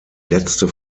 letzte